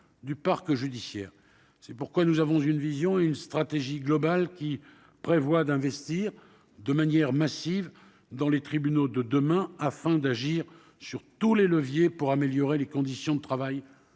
du parc judiciaire. C'est pourquoi nous avons une vision et une stratégie globales : nous prévoyons d'investir de manière massive dans les tribunaux de demain afin d'agir sur tous les leviers d'amélioration des conditions de travail